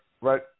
right